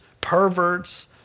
perverts